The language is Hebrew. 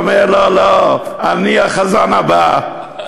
הוא אומר: לא לא, אני החזן הבא.